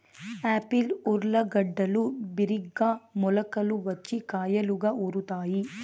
Apple ఊర్లగడ్డలు బిరిగ్గా మొలకలు వచ్చి కాయలుగా ఊరుతాయి